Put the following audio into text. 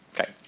okay